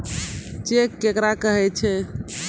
Cheque केकरा कहै छै?